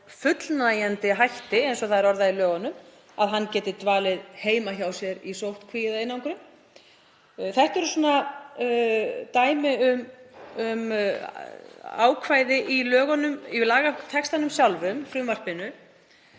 fullnægjandi hætti, eins og það er orðað í lögunum, að hann geti dvalið heima hjá sér í sóttkví eða einangrun. Þetta eru dæmi um ákvæði í lagatextanum sjálfum, í frumvarpinu,